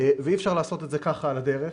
אי אפשר לעשות את זה כך על הדרך.